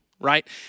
right